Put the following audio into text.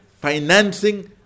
financing